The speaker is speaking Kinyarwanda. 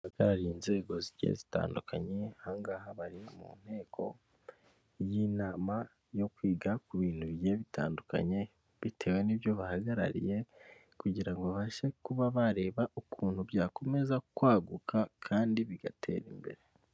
Byari inzego zigiye zitandukanye, ahangaha bari mu nteko y'inama yo kwiga ku bintu bigiye bitandukanye. Bitewe n'ibyo bahagarariye, kugirango babashe kuba bareba ukuntu byakomeza kwaguka kandi bigatera imbere.